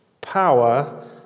power